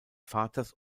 vaters